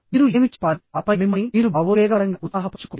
మీరు ఏమి చెప్పాలి ఆపై మిమ్మల్ని మీరు భావోద్వేగపరంగా ఉత్సాహపరుచుకోండి